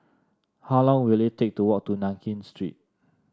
how long will it take to walk to Nankin Street